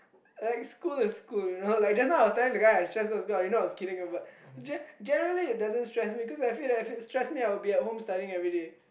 like school is school you know like just know I was telling the guy I stress about school you know I was kidding but ge~ generally it doesn't stress because I would be at home studying everyday